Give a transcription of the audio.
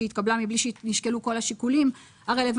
שהיא התקבלה מבלי שנשקלו כל השיקולים הרלוונטיים